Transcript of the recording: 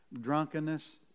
Drunkenness